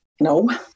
no